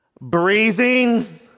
breathing